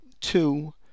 two